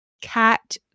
cat